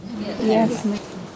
Yes